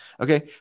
Okay